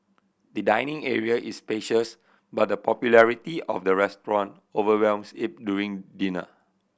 the dining area is spacious but the popularity of the restaurant overwhelms it during dinner